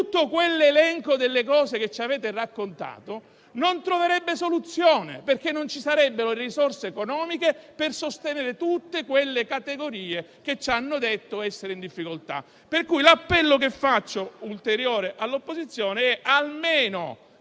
tutto quell'elenco delle cose che ci avete raccontato non troverebbe soluzione, perché non ci sarebbero le risorse economiche per sostenere tutte quelle categorie che ci hanno detto essere in difficoltà. Per cui l'appello ulteriore che faccio all'opposizione è, almeno